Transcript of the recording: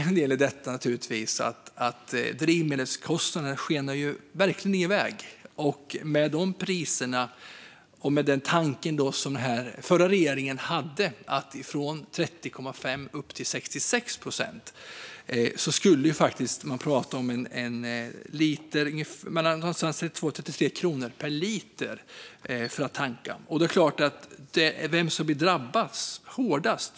En del i detta är naturligtvis att drivmedelskostnaderna verkligen skenar iväg. Med dessa priser och med den tanke som den förra regeringen hade om att höja reduktionsplikten från 30,5 upp till 66 procent skulle vi prata om någonstans 32-33 kronor per liter för att tanka. Vem är det då som drabbas hårdast?